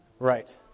Right